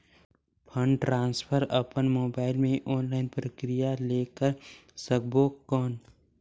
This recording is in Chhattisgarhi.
फंड ट्रांसफर अपन मोबाइल मे ऑनलाइन प्रक्रिया ले कर सकबो कौन?